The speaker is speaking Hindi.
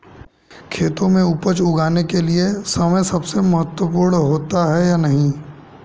खेतों में उपज उगाने के लिये समय महत्वपूर्ण होता है या नहीं?